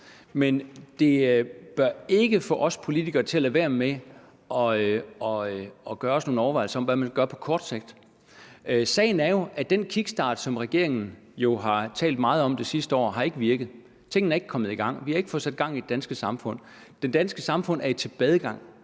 Men det bør ikke få os politikere til at lade være med at gøre os nogle overvejelser om, hvad man vil gøre på kort sigt. Sagen er jo, at den kickstart, som regeringen har talt meget om det sidste år, ikke har virket – tingene er ikke kommet i gang, vi har ikke fået sat gang i det danske samfund. Det danske samfund er i tilbagegang.